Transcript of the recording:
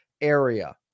area